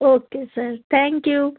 okay sir thank you